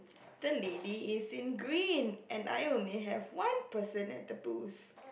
that lady is in green and I only have one person at the booth